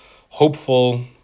hopeful